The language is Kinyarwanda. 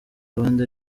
abandi